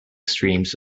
streams